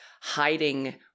hiding